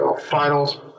finals